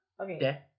Okay